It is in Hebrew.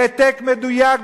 העתק מדויק,